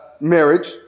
marriage